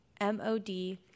mod